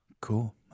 Cool